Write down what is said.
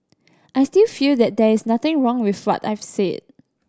I still feel that there's nothing wrong with what I've said